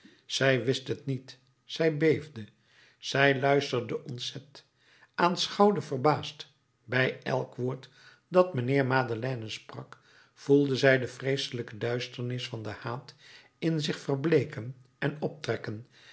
zij wist het niet zij beefde zij luisterde ontzet aanschouwde verbaasd bij elk woord dat mijnheer madeleine sprak voelde zij de vreeselijke duisternis van den haat in zich verbleeken en optrekken